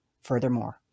furthermore